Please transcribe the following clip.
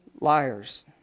liars